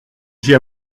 j’ai